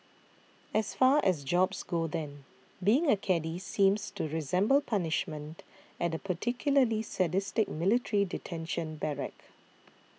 as far as jobs go then being a caddie seems to resemble punishment at a particularly sadistic military detention barrack